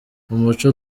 umuco